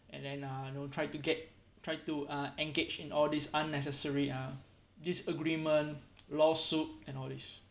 and then uh you know try to get try to uh engage in all these unnecessary uh disagreement lawsuit and all these